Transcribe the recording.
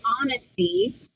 honesty